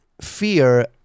fear